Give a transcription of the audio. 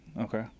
okay